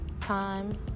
time